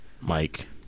Mike